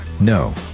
No